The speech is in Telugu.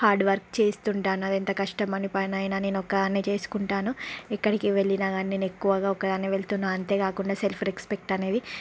హార్డ్వర్క్ చేస్తుంటాను అది ఎంత కష్టమైన పనైనా నేను ఒక్కదాన్నే చేసుకుంటాను ఎక్కడికి వెళ్ళినా గాని నేను ఎక్కువగా ఒక్కదానినే వెళుతున్నా అంతే కాకుండా సెల్ఫ్ రెస్పెక్ట్ అనేది